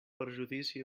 perjudici